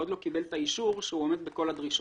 הוא עוד לא קיבל את האישור שהוא עומד בכל הדרישות.